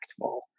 impactful